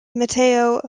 matteo